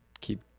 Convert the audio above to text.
keep